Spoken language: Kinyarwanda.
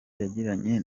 yagiranye